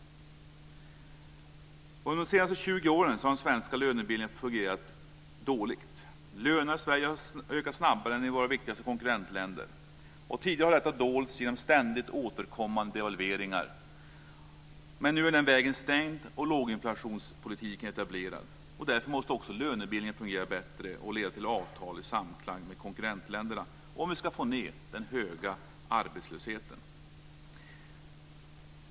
Under de senaste 20 åren har den svenska lönebildningen fungerat dåligt. Lönerna i Sverige har ökat snabbare än i våra viktigaste konkurrentländer. Tidigare har detta dolts genom ständigt återkommande devalveringar. Nu är den vägen stängd och låginflationspolitiken etablerad. Därför måste också lönebildningen fungera bättre och leda till avtal i samklang med konkurrentländerna om vi ska få ned den höga arbetslösheten.